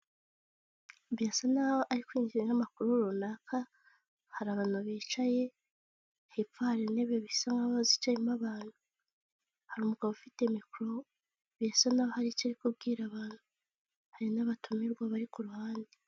Birasa naho ari ku kinyamakuru runaka, hari abantu bicaye, hepfo hari intebe bisaba naho zicayemo abantu, hari umugabo ufite mikoro, bisa naho hari icyo ari kubwira abantu, hari n'abatumirwa bari ku ruhande.